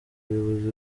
abayobozi